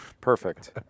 perfect